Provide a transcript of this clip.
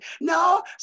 No